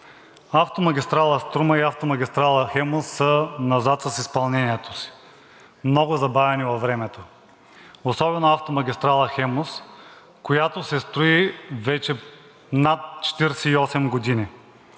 Автомагистрала „Струма“ и автомагистрала „Хемус“ са назад с изпълнението си – много забавяне във времето. Особено автомагистрала „Хемус“, която се строи вече над 48 години,